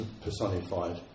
personified